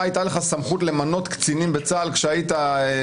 הייתה לך סמכות למנות קצינים בצה"ל כשהיית?